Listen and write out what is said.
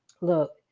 Look